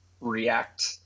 react